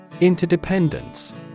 Interdependence